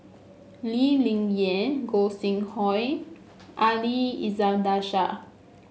Lee Ling Yen Gog Sing Hooi Ali Iskandar Shah